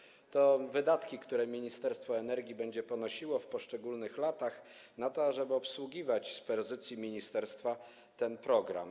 - to wydatki, które Ministerstwo Energii będzie ponosiło w poszczególnych latach na to, żeby obsługiwać z pozycji ministerstwa ten program.